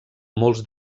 molts